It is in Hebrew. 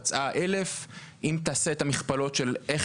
פצעה 1,000. אם תעשה את המכפלות של איך